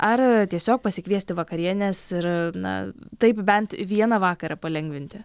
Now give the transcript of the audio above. ar tiesiog pasikviesti vakarienės ir na taip bent vieną vakarą palengvinti